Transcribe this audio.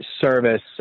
service